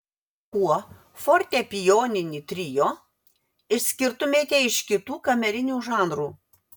kuo fortepijoninį trio išskirtumėte iš kitų kamerinių žanrų